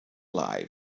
life